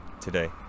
today